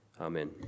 Amen